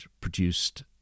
produced